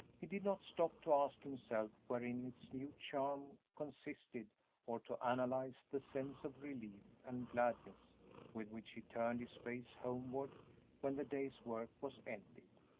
he did not stop to ask himself wherein its new charm consisted or to analyze the sense of relief and gladness with which he turned his face homeward when the day's work was ended.